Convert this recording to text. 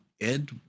Ed